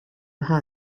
how